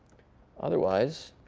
otherwise,